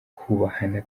kubahana